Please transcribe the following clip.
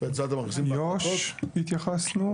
איו"ש התייחסנו.